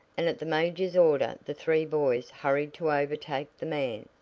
and at the major's order the three boys hurried to overtake the man,